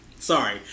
Sorry